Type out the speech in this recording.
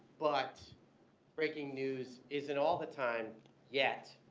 but breaking news isn't all the time yet.